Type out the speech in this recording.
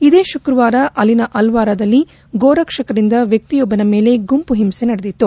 ಇದೇ ಶುಕ್ರವಾರ ಅಲ್ಲಿನ ಅಲ್ವಾರದಲ್ಲಿ ಗೋರಕ್ಷಕರಿಂದ ವ್ವಕ್ಷಿಯೊಬ್ಬನ ಮೇಲೆ ಗುಂಪು ಹಿಂಸೆ ನಡೆದಿತ್ತು